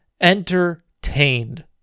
entertained